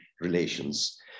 Relations